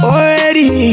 Already